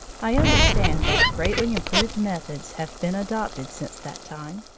i understand that greatly improved methods have been adopted since that time,